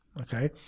okay